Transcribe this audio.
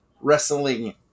wrestling